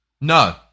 No